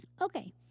Okay